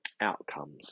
outcomes